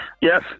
Yes